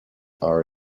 are